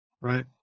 Right